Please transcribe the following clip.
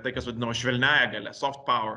tai kas vadinama švelniąja galia soft power